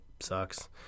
sucks